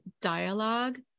dialogue